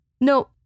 No